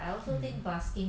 mm